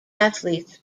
athletes